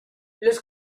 los